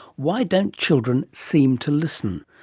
why don't children seem to listen?